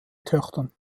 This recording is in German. töchtern